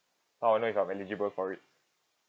how I know if I'm eligible for it